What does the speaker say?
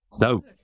No